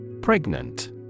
Pregnant